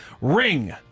Ring